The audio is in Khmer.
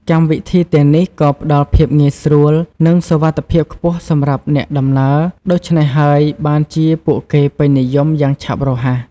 កម្មវិធីទាំងនេះក៏ផ្ដល់ភាពងាយស្រួល និងសុវត្ថិភាពខ្ពស់សម្រាប់អ្នកដំណើរ ដូច្នេះហើយបានជាពួកគេពេញនិយមយ៉ាងឆាប់រហ័ស។